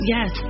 Yes